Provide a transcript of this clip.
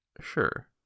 Sure